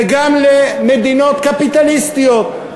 זה גם למדינות קפיטליסטיות,